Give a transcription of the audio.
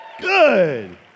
Good